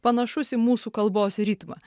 panašus į mūsų kalbos ritmą